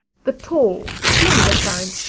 the tall, slender kind?